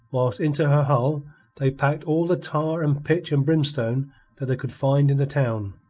whilst into her hull they packed all the tar and pitch and brimstone that they could find in the town,